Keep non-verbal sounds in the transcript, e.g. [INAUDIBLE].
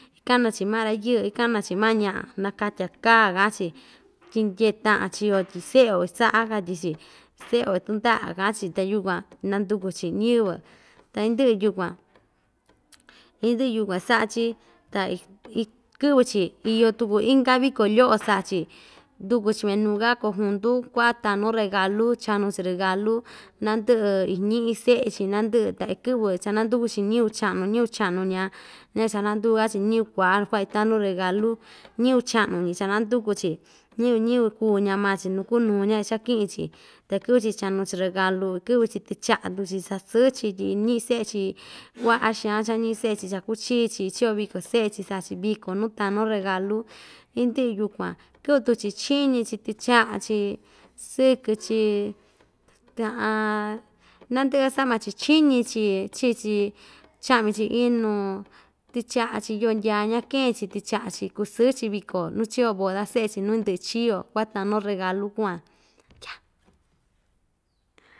Kana‑chi maꞌa rayɨɨ ikana‑chi maꞌa ñaꞌa nakatya kaa kaꞌan‑chi tyintyee taꞌan chii‑yo tyi seꞌe‑yo isaꞌa katyi‑chi seꞌe‑yo tɨndaꞌa kaꞌa‑chi ta yukuan nanduku‑chi ñiyɨvɨ ta indɨꞌɨ yukuan indɨꞌɨ yukuan saꞌa‑chi ta iig ikɨꞌvɨ‑chi iyo tuku inka viko lyoꞌo saꞌa‑chi nduku‑chi minuu‑ka kojuntu kuaꞌa tanu regalu chanu‑chi regalu nandɨꞌɨ iñiꞌi seꞌe‑chi nandɨꞌɨ ta ikɨꞌvɨ cha naduku‑chi ñiyɨvɨ chaꞌnu ñiyɨvɨ chaꞌnu ñi aa ña ichanandukuka‑chi ñiyɨvɨ kuaꞌa kuaꞌa itanu regalu ñiyɨvɨ chaꞌnu‑ñi chananduku‑chi ñiyɨvɨ ñiyɨvɨ kuuñika maa‑chi nuu kuu nuu ñi ka ichakiꞌin‑chi ta ikɨꞌvɨ‑chi chanu‑chi regalu ikɨꞌvɨ‑chi tɨchaꞌa tuku‑chi sasɨ‑chi tyi iñiꞌin seꞌe‑chi kuaꞌa xaan cha iñiꞌin seꞌe‑chi chakuchii‑chi ichi‑yo voko seꞌe‑chi saꞌa‑chi viko nuu tanu regalu indɨꞌɨ yukuan ndɨꞌvɨ tuku‑chi chiñi‑chi tɨchaꞌa‑chi sɨkɨ‑chi [HESITATION] nandɨꞌɨ‑ka saꞌa maa‑chi chiñi‑chi chiꞌi‑chi chaꞌmi‑chi inu tɨchaꞌa‑chi yoo ndyaa‑ña keen‑chi tɨchaꞌa‑chi kusɨɨ‑chi viko nuu chiyo boda seꞌe‑chi nuu indɨꞌɨ ichi‑yo kuatanu regalu kuu van yaa.